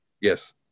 Yes